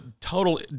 total